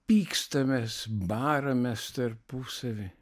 pykstamės baramės tarpusavy